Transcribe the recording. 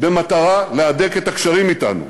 במטרה להדק את הקשרים אתנו.